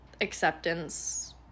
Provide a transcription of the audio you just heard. acceptance